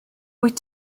wyt